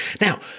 Now